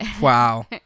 wow